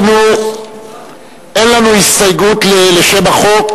אין לנו הסתייגות לשם החוק,